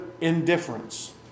indifference